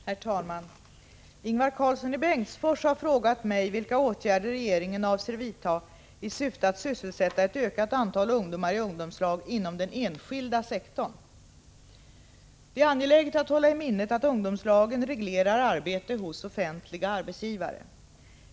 Herr talman! Ingvar Karlsson i Bengtsfors har frågat mig vilka åtgärder regeringen avser vidta i syfte att sysselsätta ett ökat antal ungdomar i ungdomslag inom den enskilda sektorn. Det är angeläget att hålla i minnet att ungdomslagen reglerar arbete hos offentliga arbetsgivare.